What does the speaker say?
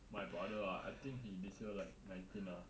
my brother ah I think he this year like nineteen ah